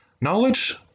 Knowledge